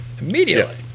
immediately